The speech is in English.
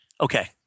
Okay